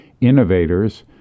Innovators